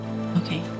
okay